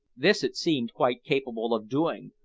this it seemed quite capable of doing,